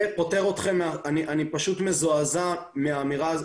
אני פשוט מזועזע מהאמירה.